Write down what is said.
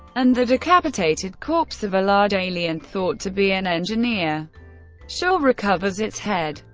and the decapitated corpse of a large alien, thought to be an engineer shaw recovers its head.